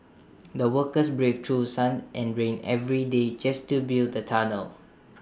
the workers braved through sun and rain every day just to build the tunnel